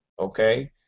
Okay